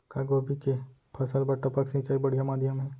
का गोभी के फसल बर टपक सिंचाई बढ़िया माधयम हे?